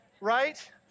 right